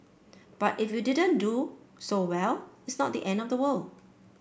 but if you didn't do so well it's not the end of the world